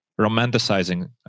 romanticizing